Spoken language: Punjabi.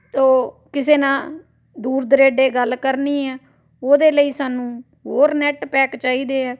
ਤੋ ਕਿਸੇ ਨਾਲ ਦੂਰ ਦੁਰਾਡੇ ਗੱਲ ਕਰਨੀ ਹੈ ਉਹਦੇ ਲਈ ਸਾਨੂੰ ਹੋਰ ਨੈੱਟ ਪੈਕ ਚਾਹੀਦੇ ਆ